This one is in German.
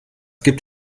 gibt